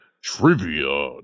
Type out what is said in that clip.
trivia